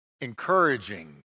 encouraging